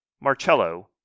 Marcello